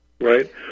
right